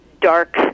dark